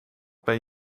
ben